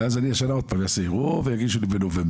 ואז אני השנה עוד פעם אעשה ערעור ויגישו לי בנובמבר.